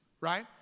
right